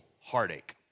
heartache